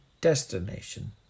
destination